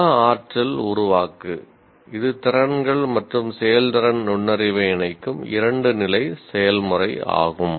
உள ஆற்றல் உருவாக்கு இது திறன்கள் மற்றும் செயல்திறன் நுண்ணறிவை இணைக்கும் 2 நிலை செயல்முறை ஆகும்